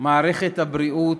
מערכת הבריאות,